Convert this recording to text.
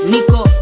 Nico